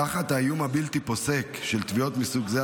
תחת האיום הבלתי-פוסק של תביעות מסוג זה,